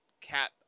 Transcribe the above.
Cap